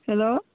hello